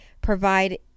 provide